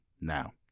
Now